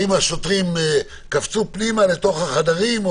האם השוטרים קפצו פנימה לתוך החדרים?